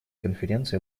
конференции